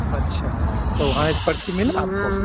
अच्छा तो वहाँ एक पर्ची मिली आपको